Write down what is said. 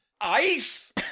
Ice